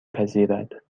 پذیرد